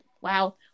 Wow